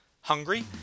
Hungry